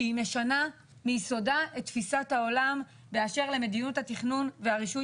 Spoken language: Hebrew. שהיא משנה מיסודה את תפיסת העולם באשר למדיניות התכנון והרישוי